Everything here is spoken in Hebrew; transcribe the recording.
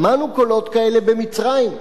שמענו קולות כאלה במצרים.